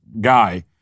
guy